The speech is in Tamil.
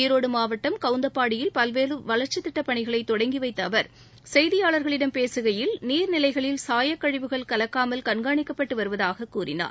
ஈரோடு மாவட்டம் கவுந்தப்பாடியில் பல்வேறு வளர்ச்சித் திட்டப் பணிகளை தொடங்கிவைத்த அவர் செய்தியாளர்களிடம் பேசுகையில் நீர்நிலைகளில் சாயக்கழிவுகள் கலக்காமல் கண்காணிக்கப்பட்டு வருவதாக கூறினார்